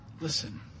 listen